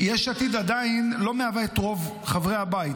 יש עתיד עדיין לא מהווה את רוב חברי הבית.